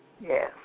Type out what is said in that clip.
Yes